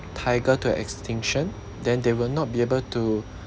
tiger to extinction then they will not be able to